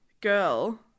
girl